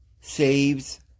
saves